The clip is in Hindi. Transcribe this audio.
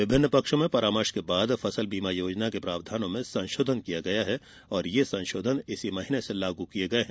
विभिन्न पक्षों से परामर्श के बाद फसल बीमा योजना के प्रावधानों में संशोधन किया गया है और ये संशोधन इस महीने से लागू किये गये हैं